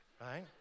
right